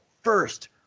first